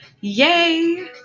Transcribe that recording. yay